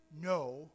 no